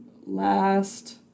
last